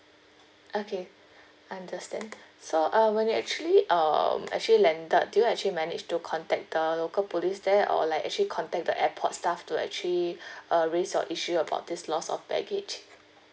okay understand so uh when you actually um actually landed do you actually managed to contact the local police there or like actually contact the airport staff to actually uh raise your issue about this loss of baggage